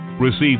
Receive